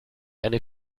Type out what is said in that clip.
eine